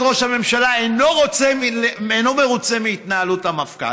ראש הממשלה אינו מרוצה מהתנהלות המפכ"ל,